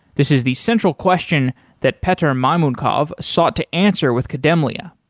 this is the central question that petar maymounkov sought to answer with kademlia.